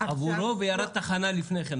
עבורו והוא ירד תחנה לפני כן.